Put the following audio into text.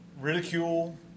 ridicule